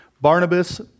Barnabas